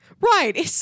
Right